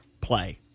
play